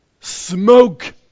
smoke